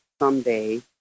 someday